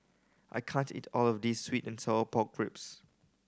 I can't eat all of this sweet and sour pork ribs